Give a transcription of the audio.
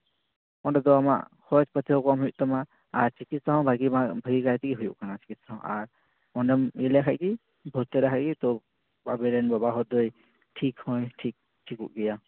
ᱚᱸᱰᱮ ᱫᱚ ᱟᱢᱟᱜ ᱠᱷᱚᱨᱚᱪ ᱠᱷᱚᱨᱪᱟ ᱦᱚᱸ ᱠᱚᱢ ᱦᱩᱭᱩᱜ ᱛᱟᱢᱟ ᱟᱨ ᱪᱤᱠᱤᱛᱥᱟ ᱦᱚᱸ ᱵᱷᱟᱜᱮ ᱵᱷᱟᱵᱽ ᱛᱮᱜᱮ ᱦᱩᱭᱩᱜ ᱠᱟᱱᱟ ᱟᱨ ᱚᱸᱰᱮᱢ ᱵᱷᱩᱨᱛᱤᱞᱟᱭ ᱠᱷᱟᱱᱜᱮ ᱟᱵᱮᱱ ᱨᱮᱱ ᱵᱟᱵᱟ ᱦᱚᱲ ᱫᱚᱭ ᱴᱷᱤᱠᱦᱚᱸᱭ ᱴᱷᱤᱠᱚᱜ ᱜᱮᱭᱟ